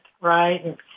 right